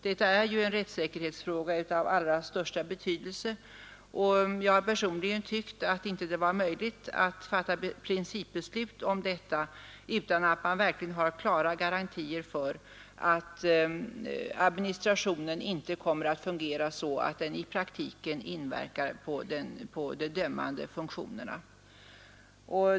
Detta är ju en rättssäkerhetsfråga av allra största betydelse. Personligen har jag tyckt att det inte var möjligt att fatta principbeslut om detta utan att man verkligen har klara garantier för att administrationen inte kommer att fungera så att den i praktiken inverkar på de dömande funktionerna.